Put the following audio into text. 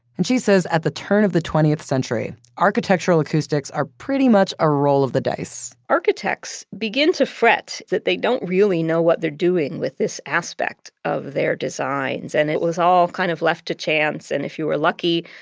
and she says at the turn of the twentieth century, architectural acoustics are pretty much a roll of the dice architects begin to fret that they don't really know what they're doing with this aspect of their designs. and it was all kind of left to chance. and if you were lucky,